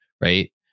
right